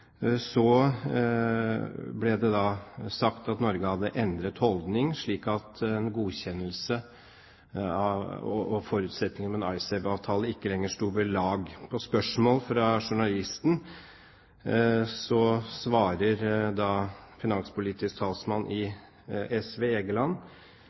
ble det sagt at Norge hadde endret holdning, slik at forutsetningene om en IceSave-avtale ikke lenger sto ved lag. På spørsmål fra journalisten om ikke dette var en ny holdning, svarte finanspolitisk talsmann